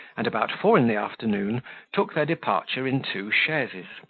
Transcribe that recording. and about four in the afternoon took their departure in two chaises,